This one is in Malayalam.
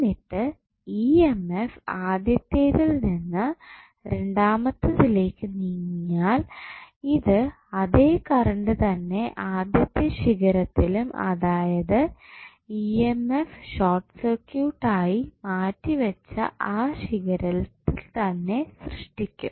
എന്നിട്ട് ഈ എം എഫ് ആദ്യത്തേതിൽ നിന്ന് രണ്ടാമത്തെത്തിലേക്ക് നീങ്ങിയാൽ ഇത് അതേ കറണ്ട് തന്നെ ആദ്യത്തെ ശിഖരത്തിലും അതായത് ഈ എം എഫ് ഷോർട്ട് സർക്യൂട്ട് ആയി മാറ്റിവെച്ച ആ ശിഖരത്തിൽ തന്നെ സൃഷ്ടിക്കും